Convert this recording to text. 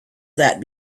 that